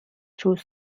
through